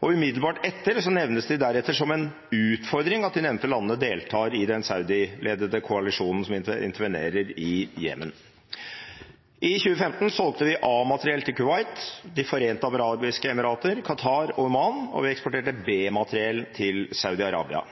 og umiddelbart etter nevnes det deretter som en utfordring at de nevnte landene deltar i den saudiledede koalisjonen som intervenerer i Jemen. I 2015 solgte vi A-materiell til Kuwait, De forente arabiske emirater, Qatar og Oman, og vi eksporterte B-materiell til Saudi-Arabia.